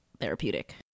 therapeutic